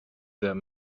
that